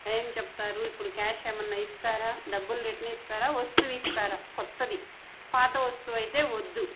ఏం చెప్తారు ఇప్పుడు క్యాష్ ఏమైన ఇస్తారా డబ్బులు రిటర్న్ ఇస్తారా వస్తువు ఇస్తారా కొత్తది పాత వస్తువు అయితే వద్దు